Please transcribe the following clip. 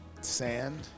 Sand